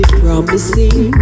promising